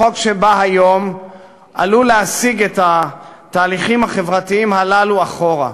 החוק שבא היום עלול להסיג את התהליכים החברתיים הללו אחורה.